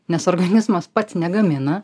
nes organizmas pats negamina